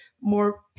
more